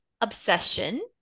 obsession